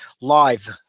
live